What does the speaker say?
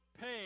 pay